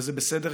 וזה בסדר.